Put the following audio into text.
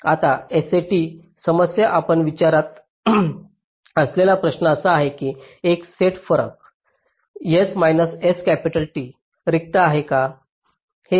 आता SAT समस्या आपण विचारत असलेला प्रश्न असा आहे की हा सेट फरक S minus S capital T रिक्त आहे का